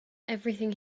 everything